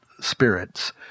spirits